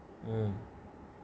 um